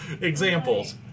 examples